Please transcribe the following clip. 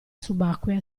subacquea